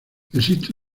existe